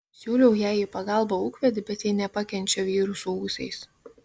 siūliau jai į pagalbą ūkvedį bet ji nepakenčia vyrų su ūsais